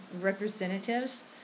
representatives